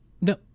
No